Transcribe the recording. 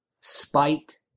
spite